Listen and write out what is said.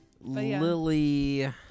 Lily